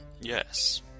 yes